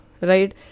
right